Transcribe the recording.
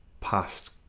past